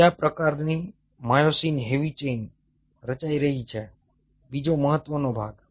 કયા પ્રકારની myosin heavy chain રચાઇ રહી છે બીજો મહત્વનો ભાગ